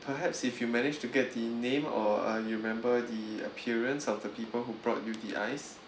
perhaps if you manage to get the name or uh you remember the appearance of the people who brought you the ice